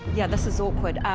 yeah, this is awkward.